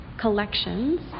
collections